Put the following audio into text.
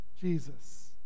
Jesus